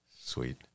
sweet